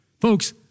Folks